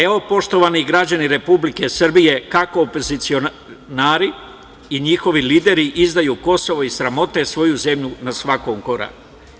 Evo, poštovani građani Republike Srbije kako opozicionari i njihovi lideri izdaju Kosovo i sramote svoju zemlju, na svakom koraku.